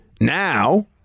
now